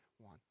one